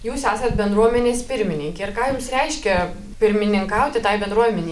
jūs esat bendruomenės pirmininkė ir ką jums reiškia pirmininkauti tai bendruomenei